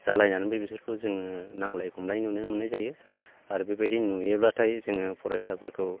जालायनानैबो बिसोरखौ जोङो नांज्लाय खमलाय नुनो मोननाय जायो आरो बेबायदिनो नुयोब्लाथाय जोङो फरायसाफोरखौ